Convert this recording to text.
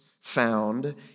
found